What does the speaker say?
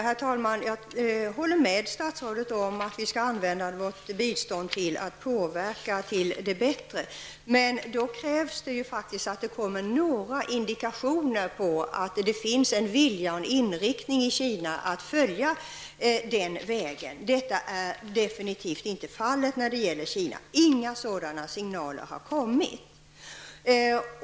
Herr talman! Jag håller med statsrådet om att vi skall använda vårt bistånd till att påverka till det bättre. Men då krävs det faktiskt att det kommer några indikationer på att det finns en viljeinriktning i Kina att följa den vägen. Detta är definitivt inte fallet när det gäller Kina -- inga sådana signaler har kommit.